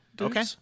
Okay